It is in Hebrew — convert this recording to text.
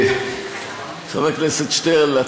חבר הכנסת שטרן,